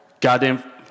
Goddamn